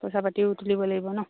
পইচা পাতিও তুলিব লাগিব ন